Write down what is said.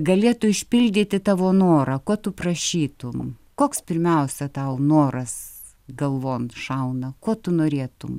galėtų išpildyti tavo norą ko tu prašytum koks pirmiausia tau noras galvon šauna ko tu norėtum